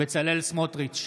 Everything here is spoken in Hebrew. בצלאל סמוטריץ'